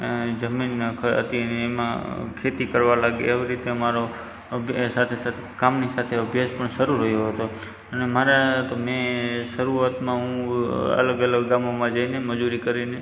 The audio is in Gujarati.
જમીન ખ હતી અને એમાં ખેતી કરવા લાગ્યા એવી રીતે મારો અભ્યાસ સાથે સાથે કામની સાથે અભ્યાસ પણ શરૂ રહ્યો હતો અને મારા તો મેં શરૂઆતમાં હું અલગ અલગ ગામોમાં જઈને મજૂરી કરીને